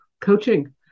coaching